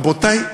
רבותי,